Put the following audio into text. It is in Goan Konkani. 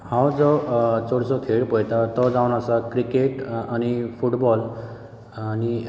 हांव जो चडसो खेळ पळयता तो जावन आसा क्रिकेट आनी फुटबाॅल आनी